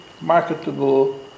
marketable